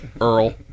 Earl